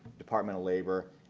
department of labor,